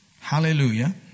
Hallelujah